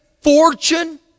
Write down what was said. fortune